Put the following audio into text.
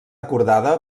acordada